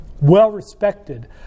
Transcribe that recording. well-respected